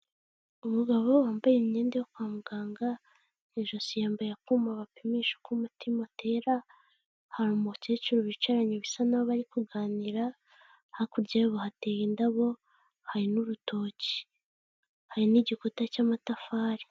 Umugabo wambaye imyenda yo kwa muganga mu ijosi yambaye akuma bapimisha uko umutima utera, hari umukecuru bicaranye bisa naho bari kuganira, hakurya yabo hateye indabo, hari n'urutoki, hari n'igikuta cy'amatafari.